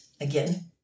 Again